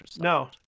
no